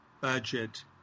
budget